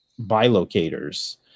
bilocators